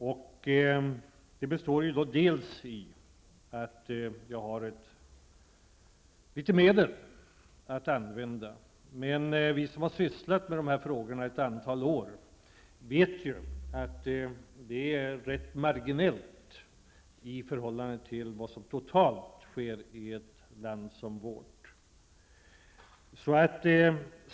Detta består dels i att jag har litet medel att använda, men vi som har sysslat med dessa frågor ett antal år vet att dessa medel är rätt marginella i förhållande till de totala satsningarna i ett land som vårt.